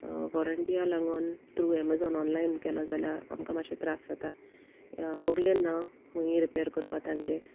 वॉरंटीया लागोन through Amazon online केलो जाल्यार आमकां मातशें त्रास जाता बोगलेन ना खूंय रिपेर करपा तांचे